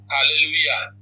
Hallelujah